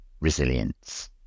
resilience